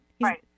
right